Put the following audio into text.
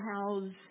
house